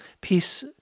Peace